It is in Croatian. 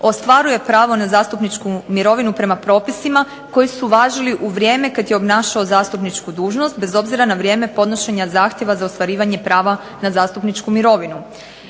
ostvaruje pravo na zastupničku mirovinu prema propisima koji su važili u vrijeme kad je obnašao zastupničku dužnost bez obzira na vrijeme podnošenja zahtjeva za ostvarivanje prava na zastupničku mirovinu.